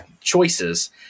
choices